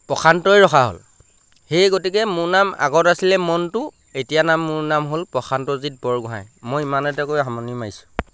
প্ৰশান্তই ৰখা হ'ল সেই গতিকে মোৰ নাম আগত আছিলে মণ্টু এতিয়া নাম মোৰ নাম হ'ল প্ৰশান্তজিৎ বৰগোঁহাঁই মই ইমানতে কৈ সামৰণি মাৰিছোঁ